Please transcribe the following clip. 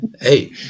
Hey